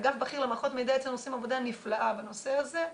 אגף בכיר למערכות מידע אצלנו עושים עבודה נפלאה בנושא הזה.